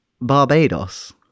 Barbados